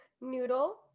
noodle